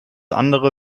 andere